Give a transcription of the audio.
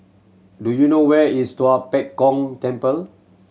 do you know where is Tua Pek Kong Temple